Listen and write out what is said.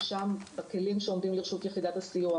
שם הכלים שעומדים לרשות יחידת הסיוע